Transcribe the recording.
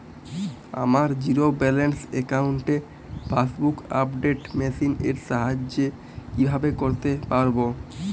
আমার zero balance অ্যাকাউন্টে passbook update machine এর সাহায্যে কীভাবে করতে পারব?